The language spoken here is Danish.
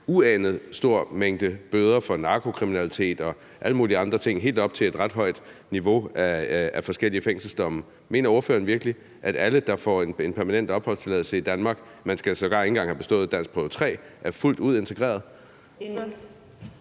uanet stor mængde bøder for narkokriminalitet og alle mulige andre ting helt op til et ret højt niveau af forskellige fængselsdomme. Mener ordføreren virkelig, at alle, der får en permanent opholdstilladelse i Danmark – man skal sågar ikke engang have bestået danskprøve 3 – er fuldt ud integreret?